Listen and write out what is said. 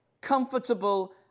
comfortable